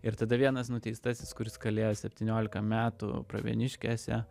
ir tada vienas nuteistasis kuris kalėjo septyniolika metų pravieniškėse